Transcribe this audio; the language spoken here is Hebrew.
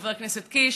חבר הכנסת קיש,